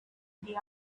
the